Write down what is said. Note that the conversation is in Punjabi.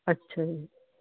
ਅੱਛਾ ਜੀ